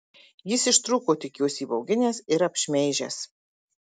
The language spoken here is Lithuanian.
jis ištrūko tik juos įbauginęs ir apšmeižęs